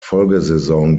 folgesaison